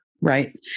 Right